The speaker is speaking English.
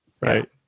Right